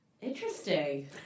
Interesting